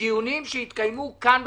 מדיונים שהתקיימו כאן בכנסת,